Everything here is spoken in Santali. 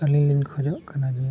ᱟᱹᱞᱤᱧ ᱞᱤᱧ ᱠᱷᱚᱡᱚᱜ ᱠᱟᱱᱟ ᱡᱮ